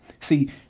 See